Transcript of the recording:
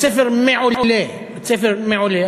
בית-ספר מעולה, בית-ספר מעולה.